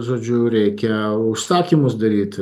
žodžiu reikia užsakymus daryt